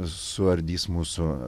suardys mūsų